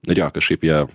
ir jo kažkaip jie